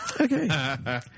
Okay